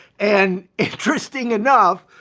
and interesting enough,